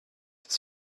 his